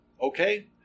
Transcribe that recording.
okay